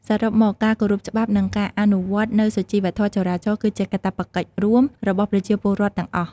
សរុបមក ការគោរពច្បាប់និងការអនុវត្តនូវសុជីវធម៌ចរាចរណ៍គឺជាកាតព្វកិច្ចរួមរបស់ប្រជាពលរដ្ឋទាំងអស់។